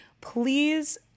please